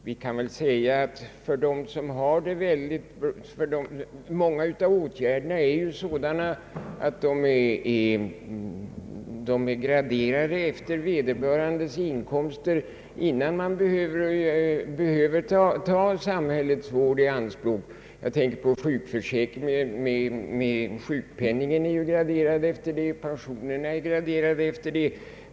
Vi kan väl säga att många av åtgärderna är sådana att de är graderade efter vederbörandes inkomster, innan samhällets vård behöver tas i anspråk. Jag tänker på sjukförsäkringen där ju sjukpenningen är graderad. Pensionerna är också graderade efter inkomsterna. För flertalet är sådana åtgärder väl ordnade.